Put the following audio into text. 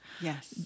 Yes